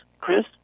Chris